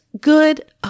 good